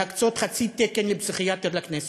להקצות חצי תקן לפסיכיאטר לכנסת.